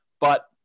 but-